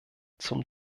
zum